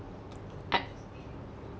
I